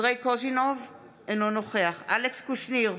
אינו נוכח אלכס קושניר,